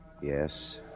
Yes